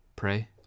Pray